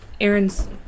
Aaron's